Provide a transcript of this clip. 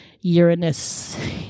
uranus